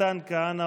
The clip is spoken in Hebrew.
מתן כהנא,